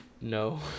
No